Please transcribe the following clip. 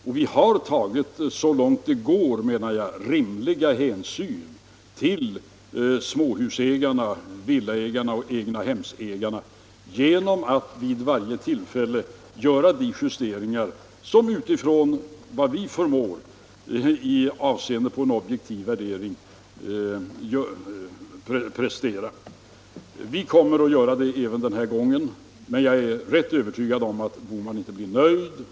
Jag menar att vi så långt det är möjligt har tagit rimliga hänsyn till småhusägarna, villaägarna och egnahemsägarna, genom att vid varje tillfälle göra de justeringar som kan presteras på grundval av en objektiv värdering. Vi kommer att göra det även denna gång, men jag är rätt övertygad om att herr Bohman inte blir nöjd.